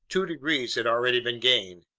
two degrees had already been gained.